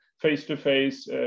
face-to-face